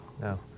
No